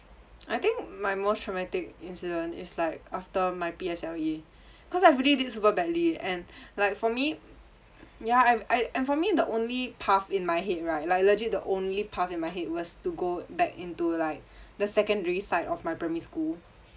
I think my most traumatic incident is like after my P_S_L_E cause I really did super badly and like for me ya I I and for me the only path in my head right like legit the only path in my head was to go back into like the secondary site of my primary school